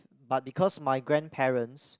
but because my grandparents